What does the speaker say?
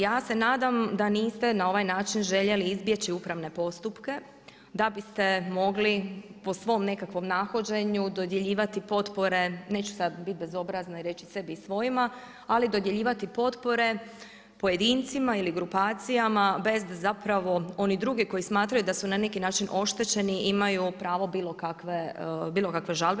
Ja se nadam da niste na ovaj način željeli izbjeći upravne postupke da biste mogli po svom nekakvom nahođenju dodjeljivati potpore, neću sada biti bezobrazna i reći sebi i svojima, ali dodjeljivati potpore pojedincima ili grupacijama bez da zapravo oni drugi koji smatraju da su na neki način oštećeni imaju pravo bilo kakve žalbe.